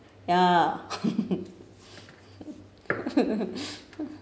ya